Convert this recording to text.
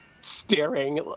staring